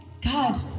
God